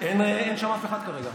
אין שם אף אחד כרגע.